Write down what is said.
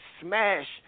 smash